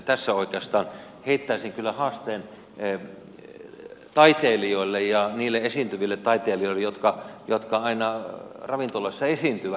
tässä oikeastaan heittäisin kyllä haasteen taiteilijoille niille esiintyville taiteilijoille jotka aina ravintolassa esiintyvät